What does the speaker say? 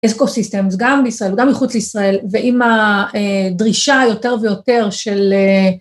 אסקו סיסטמס, גם בישראל וגם מחוץ לישראל ועם הדרישה היותר ויותר של